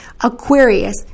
Aquarius